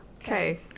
Okay